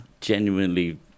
genuinely